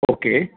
okay